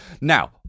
Now